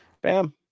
bam